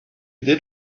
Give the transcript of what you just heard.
did